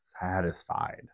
satisfied